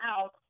out